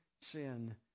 sin